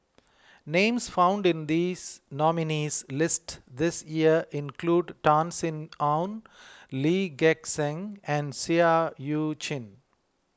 names found in this nominees' list this year include Tan Sin Aun Lee Gek Seng and Seah Eu Chin